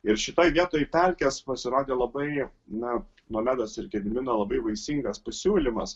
ir šitoj vietoj pelkės pasirodė labai na nomedos ir gedimino labai vaisingas pasiūlymas